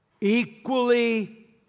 Equally